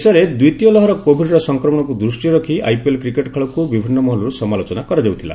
ଦେଶରେ ଦ୍ୱିତୀୟ ଲହର କୋଭିଡ୍ର ସଂକ୍ରମଣକୁ ଦୃଷ୍ଟିରୁ ରଖି ଆଇପିଏଲ୍ କ୍ରିକେଟ୍ ଖେଳକୁ ବିଭିନ୍ନ ମହଲରୁ ସମାଲୋଚନା କରାଯାଉଥିଲା